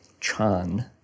Chan